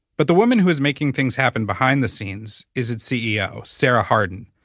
but the woman who is making things happen behind the scenes is its ceo, sarah harden,